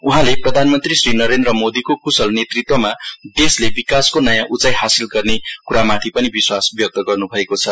उहाँले प्रधानमन्त्री श्री नरेन्द्र मोदीको कुशल नेतृत्वमा देशले विकासको नयाँ उचाँ हासिल गर्ने कुरामाथि पनि विश्वास व्यक्त गर्नुभएको छ